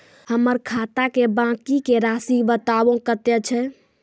हमर खाता के बाँकी के रासि बताबो कतेय छै?